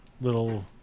little